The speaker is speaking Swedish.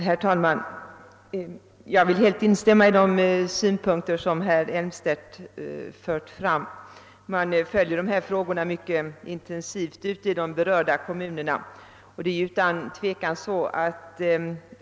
Herr talman! Jag vill helt instämma i de synpunkter som herr Elmstedt fört fram. Man följer dessa frågor mycket intensivt ute i de berörda kommunerna.